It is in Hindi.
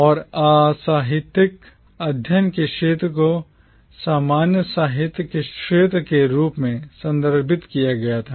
और साहित्यिक अध्ययन के इस क्षेत्र को सामान्य साहित्य के क्षेत्र के रूप में संदर्भित किया गया था